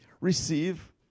receive